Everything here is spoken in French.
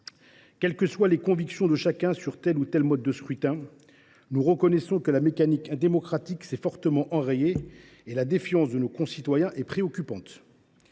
Quelles que soient les convictions de chacun sur tel ou tel mode de scrutin, nous reconnaissons que la mécanique démocratique s’est fortement enrayée et la défiance de nos concitoyens est préoccupante.